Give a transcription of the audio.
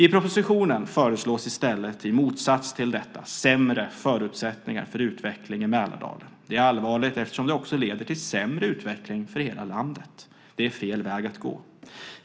I propositionen föreslås i stället, i motsats till detta, sämre förutsättningar för utveckling i Mälardalen. Det är allvarligt eftersom det leder till sämre utveckling för hela landet. Det är fel väg att gå.